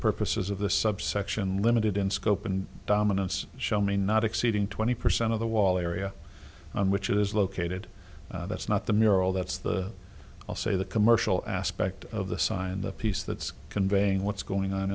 purposes of this subsection limited in scope and dominance show me not exceeding twenty percent of the wall area on which is located that's not the mural that's the i'll say the commercial aspect of the sign the piece that's conveying what's going on